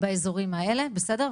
באזורים האלה, בסדר?